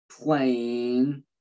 playing